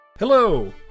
Hello